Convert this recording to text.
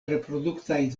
reproduktaj